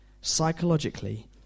Psychologically